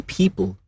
people